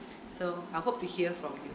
so I hope to hear from you